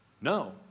No